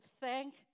thank